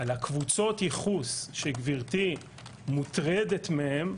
על קבוצות ייחוס שגברתי מוטרדת מהם,